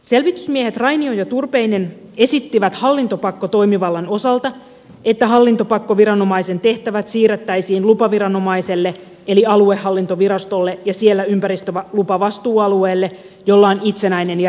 selvitysmiehet rainio ja turpeinen esittivät hallintopakkotoimivallan osalta että hallintopakkoviranomaisen tehtävät siirrettäisiin lupaviranomaiselle eli aluehallintovirastolle ja siellä ympäristölupavastuualueelle jolla on itsenäinen ja riippumaton asema